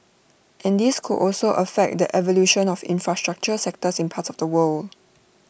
and this could also affect the evolution of infrastructure sectors in parts of the world